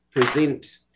present